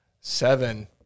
seven –